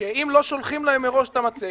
שאם לא שולחים להם מראש את המצגת,